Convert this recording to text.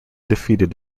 defeated